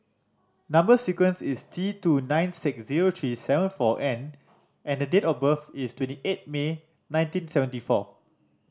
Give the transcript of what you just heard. number sequence is T two nine six zero three seven four N and the date of birth is twenty eight May nineteen seventy four